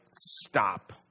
stop